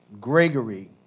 Gregory